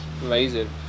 Amazing